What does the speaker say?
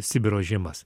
sibiro žiemas